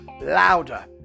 Louder